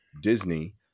Disney